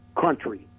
country